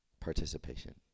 participation